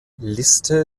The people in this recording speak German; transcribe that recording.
liste